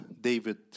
David